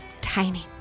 Tiny